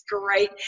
great